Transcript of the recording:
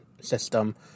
system